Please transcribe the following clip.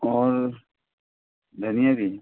और धनिया भी